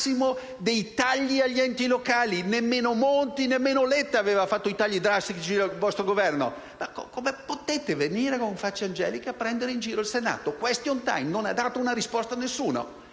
di tagli agli enti locali: nemmeno Monti o Letta avevano fatto i tagli drastici operati dal vostro Governo. Ma come potete venire con faccia angelica a prendere in giro il Senato? Al *question time* non ha dato una risposta a nessuno.